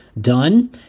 done